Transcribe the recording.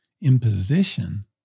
imposition